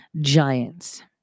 giants